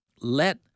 let